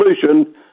solution